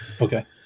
Okay